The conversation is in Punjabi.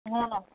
ਹਾਂ